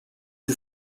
are